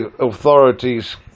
authorities